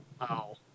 wow